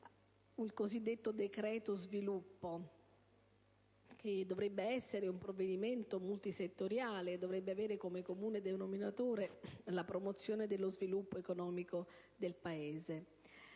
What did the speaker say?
decreto-legge sviluppo, che dovrebbe essere un provvedimento multisettoriale, dovrebbe avere come comune denominatore la promozione dello sviluppo economico del Paese.